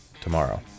tomorrow